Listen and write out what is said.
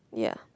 yeah